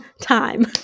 time